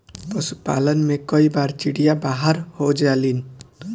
पशुपालन में कई बार चिड़िया बाहर हो जालिन